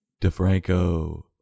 DeFranco